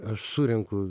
aš surenku